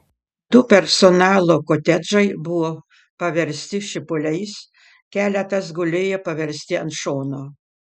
du personalo kotedžai buvo paversti šipuliais keletas gulėjo parversti ant šono